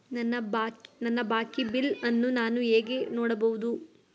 ನನ್ನ ಬಾಕಿ ಬಿಲ್ ಅನ್ನು ನಾನು ಹೇಗೆ ನೋಡಬಹುದು?